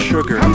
Sugar